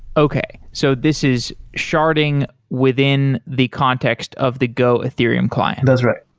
okay. so this is sharding within the context of the go ethereum client. that's right.